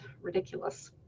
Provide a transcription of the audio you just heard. ridiculous